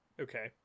Okay